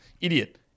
Idiot